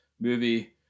movie